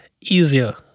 easier